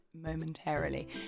momentarily